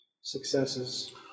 successes